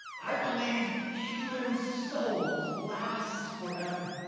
i believe human souls last forever.